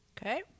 Okay